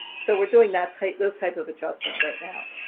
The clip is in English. so we're doing that type those type of adjustments right now.